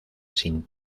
sin